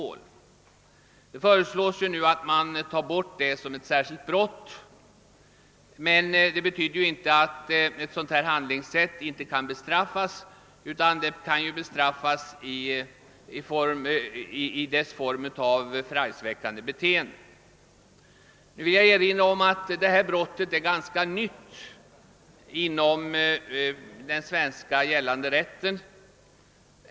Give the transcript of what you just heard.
Kungl. Maj:t föreslår att detta skall tas bort som ett särskilt brott, men det betyder inte att ett sådant handlingssätt inte kan bestraffas — det kan bestraffas som förargelseväckande beteende. Jag vill erinra om att detta brott är ganska nytt inom den svenska rätten.